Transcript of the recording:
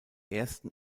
ersten